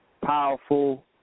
powerful